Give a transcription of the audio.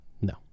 No